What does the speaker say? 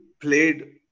Played